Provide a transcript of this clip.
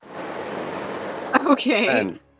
Okay